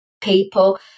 people